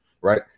right